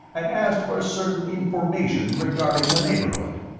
and asked for certain information regarding the neighbourhood.